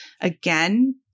again